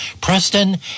preston